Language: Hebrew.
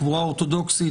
קבורה אורתודוקסית,